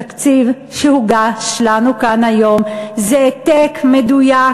התקציב שהוגש לנו כאן היום זה העתק מדויק,